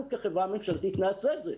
אנחנו כחברה ממשלתית נעשה את זה.